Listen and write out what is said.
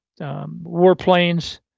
Warplanes